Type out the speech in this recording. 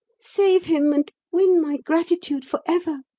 save him, and win my gratitude for ever!